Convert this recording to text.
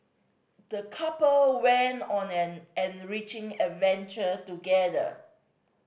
the couple went on an enriching adventure together